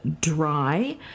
dry